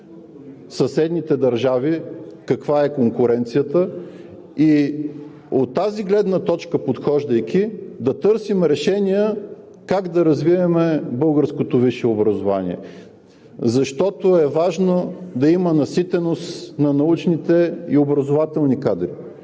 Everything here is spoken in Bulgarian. съседните държави, каква е конкуренцията, и подхождайки от тази гледна точка, да търсим решения как да развиваме българското висше образование. Защото е важно да има наситеност на научните и образователните кадри,